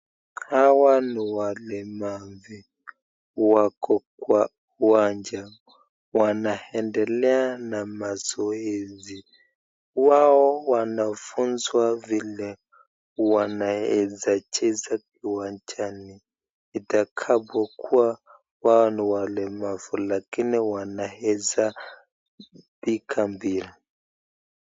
Hawa ni walemavu wako kwa uwanja wanaendelea na mazoezi wao wanafunzwa vile wanaweza cheza uwanjani ijapokuwa wao ni walemavu lakini wanaweza piga mpira.